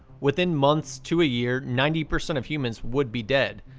within months to a year, ninety percent of humans would be dead.